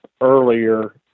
earlier